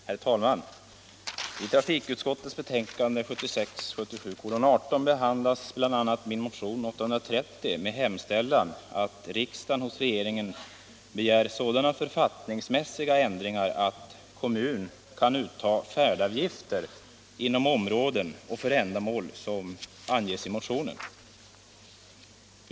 Herr talman! I trafikutskottets betänkande 1976/77:18 behandlas bl.,a. min motion nr 830 med hemställan att riksdagen hos regeringen begär sådana författningsmässiga ändringar, att kommun kan uttaga färdavgifter inom områden och för ändamål som anges i motionen.